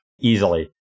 easily